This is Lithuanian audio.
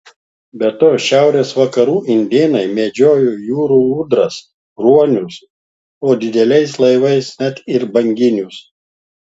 be to šiaurės vakarų indėnai medžiojo jūrų ūdras ruonius o dideliais laivais net ir banginius